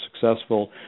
successful